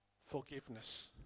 forgiveness